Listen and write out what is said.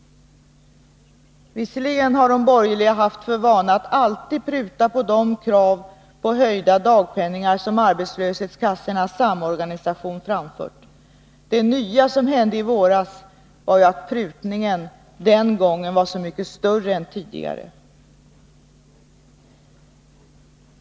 Visserligen har de borgerliga haft för vana att alltid pruta på de krav på höjda dagpenningar som arbetslöshetskassornas samorganisation framfört, men det nya som hände i våras var att prutningen den gången var så mycket större än tidigare.